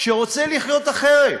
שרוצה לחיות אחרת.